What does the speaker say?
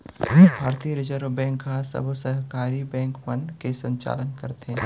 भारतीय reserve bank ह सबो सहकारी बेंक मन के संचालन करथे